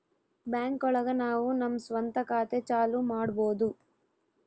bank ಒಳಗ ನಾವು ನಮ್ ಸ್ವಂತ ಖಾತೆ ಚಾಲೂ ಮಾಡ್ಬೋದು